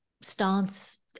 stance